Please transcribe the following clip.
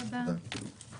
הישיבה ננעלה בשעה 19:39.